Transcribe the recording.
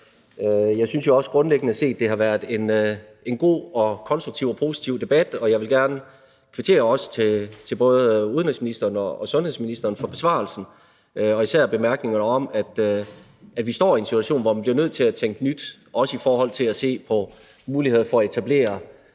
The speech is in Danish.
Jeg synes jo også grundlæggende set, at det har været en god og konstruktiv og positiv debat, og jeg vil også gerne kvittere over for både udenrigsministeren og sundhedsministeren for besvarelsen og især bemærkningerne om, at vi står i en situation, hvor vi bliver nødt til at tænke nyt, også i forhold til at se på muligheder for at etablere